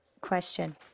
Question